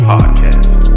Podcast